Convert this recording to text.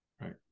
Right